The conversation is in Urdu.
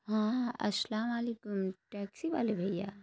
ہاں السلام و علیکم ٹیکسی والے بھیا